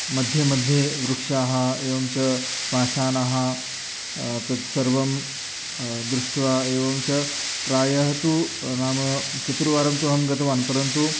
मध्ये मध्ये वृक्षाः एवं च पाषाणाः तत्सर्वं द्रुष्ट्वा एवं च प्रायः तु नाम चतुर्वारं तु अहं गतवान् परन्तु